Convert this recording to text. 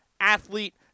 athlete